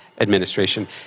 administration